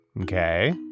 Okay